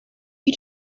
you